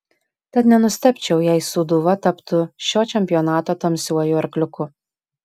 tad nenustebčiau jei sūduva taptų šio čempionato tamsiuoju arkliuku